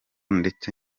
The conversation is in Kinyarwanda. ndetse